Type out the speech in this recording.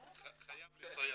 אני חייב לציין